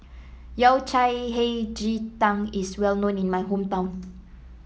Yao Cai Hei Ji Tang is well known in my hometown